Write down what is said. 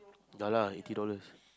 yeah lah eighty dollars